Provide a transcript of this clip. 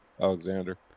Alexander